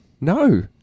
No